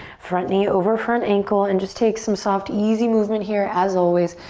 front knee over front ankle and just take some soft, easy movement here, as always,